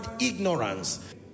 ignorance